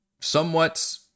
somewhat